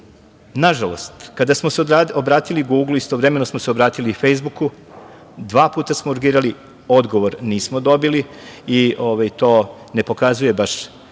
žalost, kada smo se obratili Guglu istovremeno smo se obratili i Fejsbuku. Dva puta smo urgirali, odgovor nismo dobili i to ne pokazuje baš,